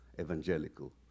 evangelical